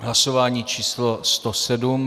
Hlasování číslo 107.